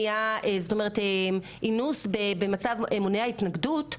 אינוס במצב מונע התנגדות,